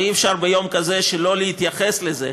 ואי-אפשר ביום כזה שלא להתייחס לזה,